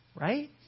Right